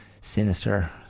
sinister